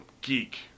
geek